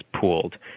pooled